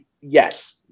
yes